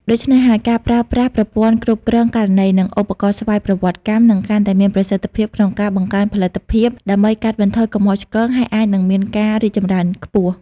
ដូច្នេះហើយ ការប្រើប្រាស់ប្រព័ន្ធគ្រប់គ្រងករណី និងឧបករណ៍ស្វ័យប្រវត្តិកម្ម នឹងកាន់តែមានប្រសិទ្ធភាពក្នុងការបង្កើនផលិតភាព ដើម្បីកាត់បន្ថយកំហុសឆ្គង ហើយអាចនិងមានការរីកចម្រើនខ្ពស់។